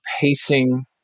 pacing